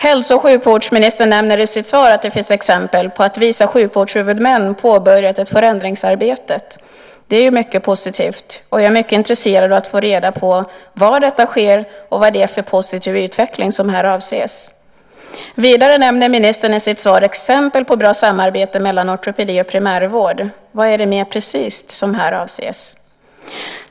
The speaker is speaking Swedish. Hälso och sjukvårdsministern nämner i sitt svar att det finns exempel på att vissa sjukvårdshuvudmän har påbörjat ett förändringsarbete. Det är mycket positivt, och jag är mycket intresserad av att få reda på var detta sker och vad det är för positiv utveckling som här avses. Vidare nämner ministern i sitt svar exempel på bra samarbete mellan ortopedi och primärvård. Vad är det mer precist som här avses?